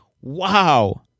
Wow